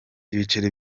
ibiceri